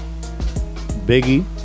Biggie